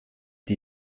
die